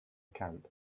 camp